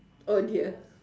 oh dear